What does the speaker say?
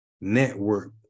network